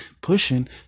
pushing